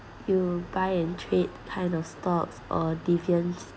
you buy and trade kind of stocks or deviance